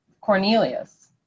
Cornelius